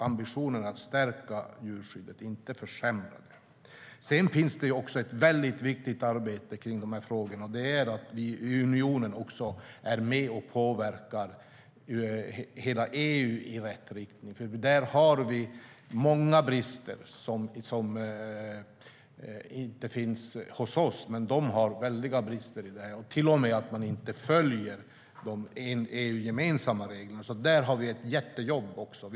Ambitionen är att stärka djurskyddet, inte att försämra det. Sedan finns det ett väldigt viktigt arbete kring de här frågorna i EU, där vi är med och påverkar hela EU i rätt riktning, för där finns många brister som inte finns hos oss. Det är till och med så att man inte följer de EU-gemensamma reglerna, så där har vi ett jättejobb att göra.